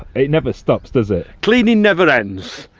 it never stops does it? cleaning never ends.